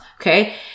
Okay